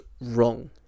wrong